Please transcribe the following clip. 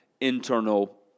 internal